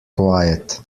quiet